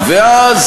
ואז,